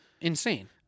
insane